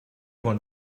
want